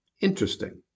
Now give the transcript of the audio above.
Interesting